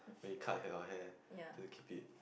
when you cut your hair want to keep it